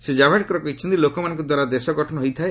ଶ୍ରୀ ଜାଭଡେକର କହିଛନ୍ତି ଲୋକମାନଙ୍କ ଦ୍ୱାରା ଦେଶ ଗଠନ ହୋଇଥାଏ